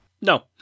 No